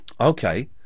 Okay